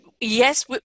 yes